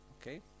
Okay